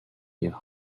you